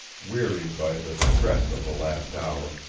wearied by the stress of the last hour,